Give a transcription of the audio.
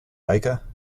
baker